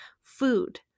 food